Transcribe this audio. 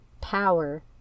power